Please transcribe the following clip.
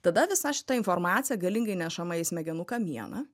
tada visa šita informacija galingai nešama ir smegenų kamieną